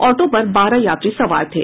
auto पर बारह यात्री सवार थे